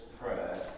prayer